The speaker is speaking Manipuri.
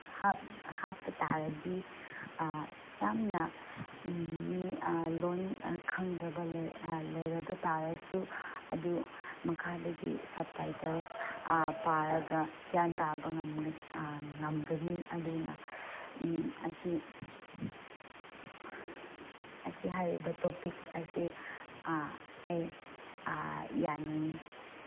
ꯍꯥꯞꯄ ꯇꯥꯔꯗꯤ ꯌꯥꯝꯅ ꯃꯤ ꯂꯣꯜ ꯈꯪꯗꯕ ꯂꯩꯔꯕ ꯇꯥꯔꯁꯨ ꯑꯗꯨ ꯃꯈꯥꯗꯒꯤ ꯁꯞꯇꯥꯏꯇꯜꯁ ꯄꯥꯔꯒ ꯒ꯭ꯌꯥꯟ ꯇꯥꯕ ꯉꯝꯒꯅꯤ ꯑꯗꯨꯅ ꯑꯁꯤ ꯑꯁꯤ ꯍꯥꯏꯔꯤꯕ ꯇꯣꯄꯤꯛꯁ ꯑꯁꯤ ꯑꯩ ꯌꯥꯅꯤꯡꯉꯤ